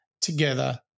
together